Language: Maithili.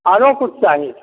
आरो किछु चाही